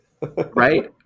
Right